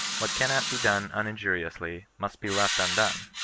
what cannot be done uninjuriously must be left un done.